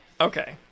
Okay